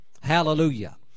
Hallelujah